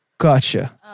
Gotcha